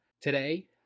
today